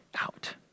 out